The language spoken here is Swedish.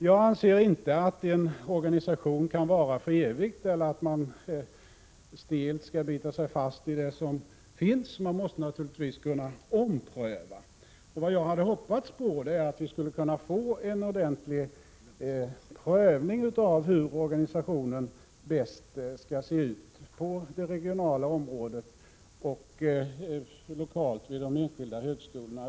Jag anser inte att en organisation kan vara för evigt eller att man stelt skall bita sig fast vid det som finns. Man måste naturligtvis kunna ompröva. Vad jag hade hoppats på var att vi skulle kunna få en ordentlig prövning av hur organisationen bäst skall se ut på det regionala området och lokalt vid de enskilda högskolorna.